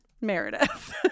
Meredith